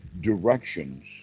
directions